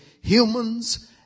humans